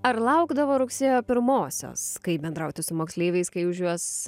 ar laukdavo rugsėjo pirmosios kaip bendrauti su moksleiviais kai už juos